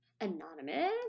anonymous